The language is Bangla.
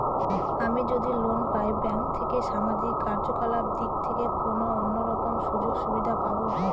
আমি যদি লোন পাই ব্যাংক থেকে সামাজিক কার্যকলাপ দিক থেকে কোনো অন্য রকম সুযোগ সুবিধা পাবো?